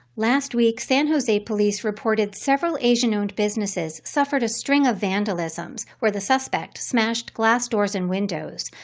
last week, san jose police reported several asian owned businesses suffered a string of vandalisms where the suspect smashed glass doors and windows.